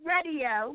Radio